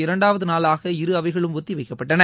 இரண்டாவது நாளாக இன்றும் இரு அவைகளும் ஒத்தி வைக்கப்பட்டன